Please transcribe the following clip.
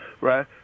right